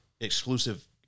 exclusive